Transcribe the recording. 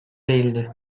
değildi